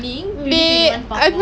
that's why